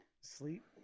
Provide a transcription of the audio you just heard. Sleep